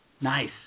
Nice